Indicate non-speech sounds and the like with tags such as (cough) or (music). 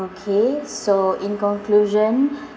okay so in conclusion (breath)